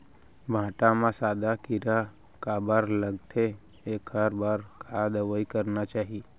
भांटा म सादा कीरा काबर लगथे एखर बर का दवई करना चाही?